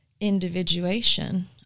individuation